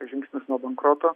žingsnis nuo bankroto